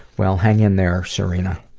well, hang in there, serena.